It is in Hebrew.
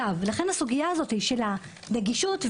הסוגיה הזו של הנגישות,